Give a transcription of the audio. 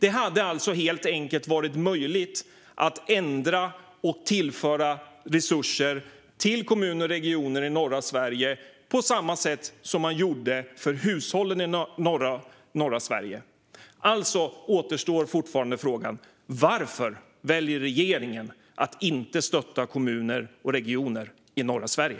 Det hade alltså helt enkelt varit möjligt att ändra och tillföra resurser till kommuner och regioner i norra Sverige på samma sätt som man gjorde för hushållen i norra Sverige. Alltså återstår frågan: Varför väljer regeringen att inte stötta kommuner och regioner i norra Sverige?